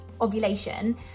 ovulation